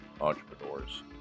entrepreneurs